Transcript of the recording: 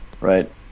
right